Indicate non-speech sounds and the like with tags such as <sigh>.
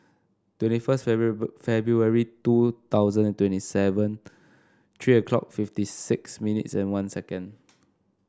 twenty first <unintelligible> February two thousand and twenty seven three o'clock fifty six minutes and one second